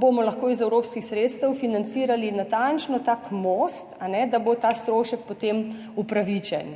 bomo lahko iz evropskih sredstev financirali natančno tak most, da bo ta strošek potem upravičen.